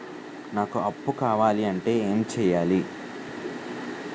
నాకు అప్పు కావాలి అంటే ఎం చేయాలి?